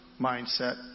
mindset